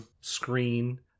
screen